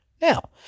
Now